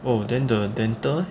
oh then the dental leh